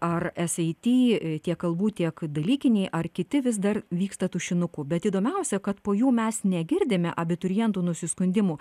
ar sit tiek kalbų tiek dalykiniai ar kiti vis dar vyksta tušinuku bet įdomiausia kad po jų mes negirdime abiturientų nusiskundimų